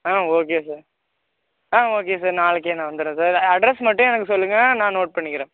ஆ okay sir ஆ okay sir நாளைக்கே நான் வந்துடுறேன் சார் அட்ரஸ் மட்டும் எனக்கு சொல்லுங்கள் நான் நோட் பண்ணிக்கிறேன்